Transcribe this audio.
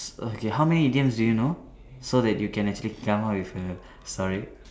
okay how many idioms do you know so that you can actually come up with a story